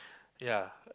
yea